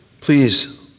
Please